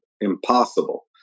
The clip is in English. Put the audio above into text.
impossible